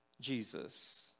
Jesus